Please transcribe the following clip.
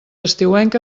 estiuenca